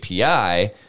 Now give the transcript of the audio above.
API